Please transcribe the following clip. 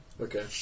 Okay